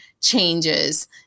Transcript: changes